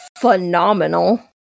phenomenal